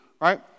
right